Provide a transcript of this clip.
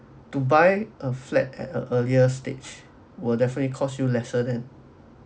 to buy a flat at an earlier stage will definitely cost you lesser than